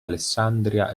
alessandria